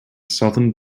southern